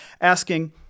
asking